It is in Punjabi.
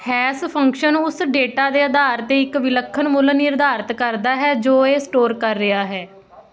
ਹੈਸ਼ ਫੰਕਸ਼ਨ ਉਸ ਡੇਟਾ ਦੇ ਅਧਾਰ 'ਤੇ ਇੱਕ ਵਿਲੱਖਣ ਮੁੱਲ ਨਿਰਧਾਰਤ ਕਰਦਾ ਹੈ ਜੋ ਇਹ ਸਟੋਰ ਕਰ ਰਿਹਾ ਹੈ